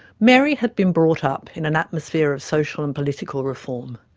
mary had been brought up in an atmosphere of social and political reform.